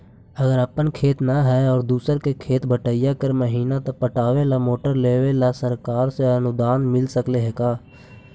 अगर अपन खेत न है और दुसर के खेत बटइया कर महिना त पटावे ल मोटर लेबे ल सरकार से अनुदान मिल सकले हे का?